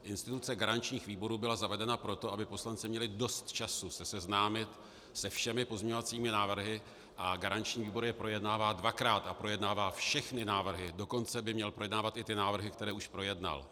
Instituce garančních výborů byla zavedena proto, aby poslanci měli dost času se seznámit se všemi pozměňovacími návrhy, a garanční výbor je projednává dvakrát a projednává všechny návrhy, dokonce by měl projednávat i ty návrhy, které už projednal.